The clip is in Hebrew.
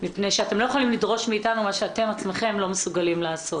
מפני שאתם לא יכולים לדרוש מאתנו מה שאתם עצמכם לא מסוגלים לעשות.